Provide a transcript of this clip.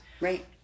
Right